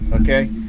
okay